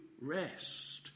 rest